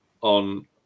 on